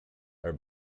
are